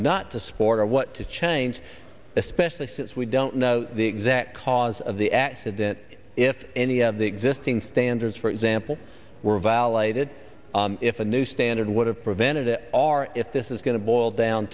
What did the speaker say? not to support or what to change especially since we don't know the exact cause of the accident if any of the existing standards for example were violated if a new standard would have prevented it are if this is going to boil down